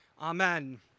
Amen